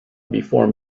before